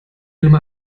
nummer